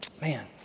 man